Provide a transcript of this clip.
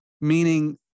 meaning